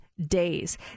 days